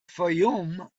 fayoum